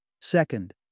Second